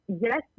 Yes